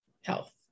health